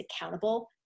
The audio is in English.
accountable